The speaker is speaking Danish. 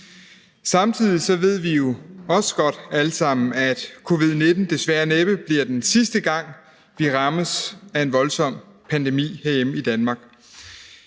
Samtidig ved vi alle sammen også godt, at covid-19 desværre næppe bliver den sidste gang, vi rammes af en voldsom pandemi herhjemme i Danmark,